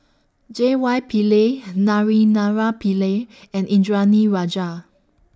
J Y Pillay Naraina Pillai and Indranee Rajah